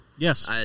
Yes